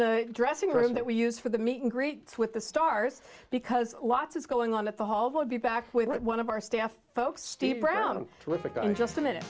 the dressing room that we use for the meet and greets with the stars because lots is going on at the hall would be back with one of our staff folks steve brown to look at the in just a minute